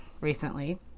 recently